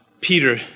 Peter